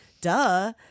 Duh